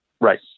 Right